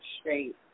straight